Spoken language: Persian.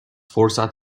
فرصت